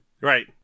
Right